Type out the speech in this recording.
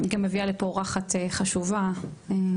היא גם מביאה לפה אורחת חשובה מאחוריה.